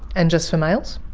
and just for males?